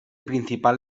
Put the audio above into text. principal